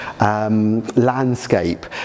landscape